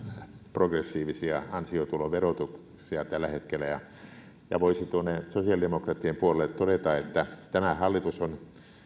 progressiivisia ansiotuloverotuksia tällä hetkellä ja ja voisin tuonne sosiaalidemokraattien puolelle todeta että tämä hallitus on